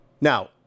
Now